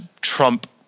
trump